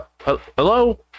Hello